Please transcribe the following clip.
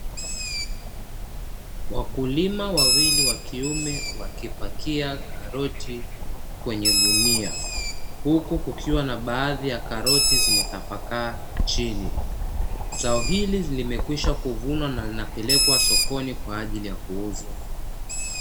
Wakulima wawili wa kiume wakipakia karoti kwenye gunia, huku kukiwa na baadhi ya karoti zimetapakaa chini. Zao hili limekwisha kuvunwa na linapelekwa sokoni kwa ajili ya kuuzwa.